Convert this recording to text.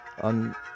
on